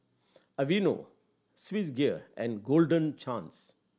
Aveeno Swissgear and Golden Chance